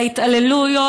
להתעללויות,